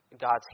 God's